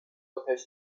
آتش